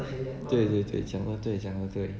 对对对讲得对讲得对